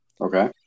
Okay